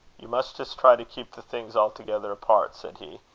you must just try to keep the things altogether apart, said he,